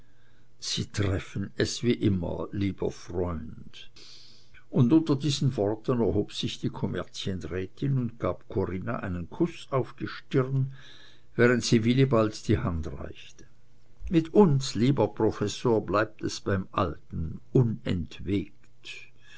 sie treffen es wie immer lieber freund und unter diesen worten erhob sich die kommerzienrätin und gab corinna einen kuß auf die stirn während sie wilibald die hand reichte mit uns lieber professor bleibt es beim alten unentwegt